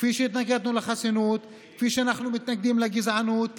כפי שהתנגדנו לחסינות וכפי שאנחנו מתנגדים לגזענות,